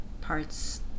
parts